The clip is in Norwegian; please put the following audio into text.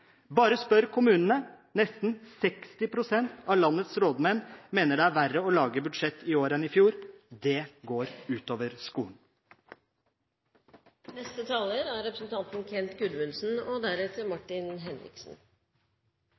bare spør kommunene. Nesten 60 pst. av landets rådmenn mener det er verre å lage et budsjett i år enn i fjor. Det går